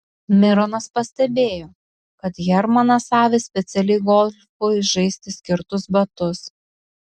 mironas pastebėjo kad hermanas avi specialiai golfui žaisti skirtus batus